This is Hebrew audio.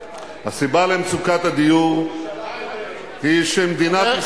הסיבה למצוקת הדיור היא שמדינת ישראל,